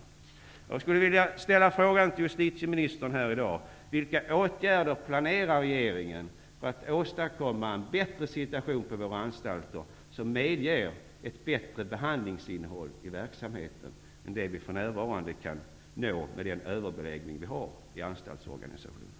Jag skulle vilja fråga justitieministern vilka åtgärder regeringen planerar för att åstadkomma en bättre situation på våra anstalter -- en situation som skulle medge ett bättre behandlingsinnehåll i verksamheten än det vi för närvarande når med överbeläggning i anstaltsorganisationen.